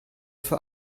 für